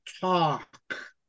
talk